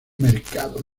mercado